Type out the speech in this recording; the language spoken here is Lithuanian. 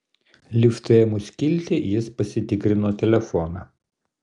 liftui ėmus kilti jis pasitikrino telefoną